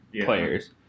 players